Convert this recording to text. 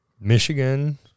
Michigan